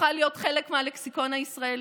הפכה להיות חלק מהלקסיקון הישראלי,